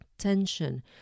tension